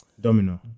Domino